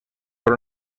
per